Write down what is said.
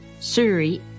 Suri